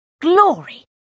Glory